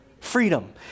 freedom